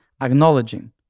acknowledging